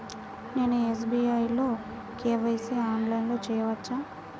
నేను ఎస్.బీ.ఐ లో కే.వై.సి ఆన్లైన్లో చేయవచ్చా?